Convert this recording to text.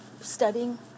studying